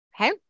Okay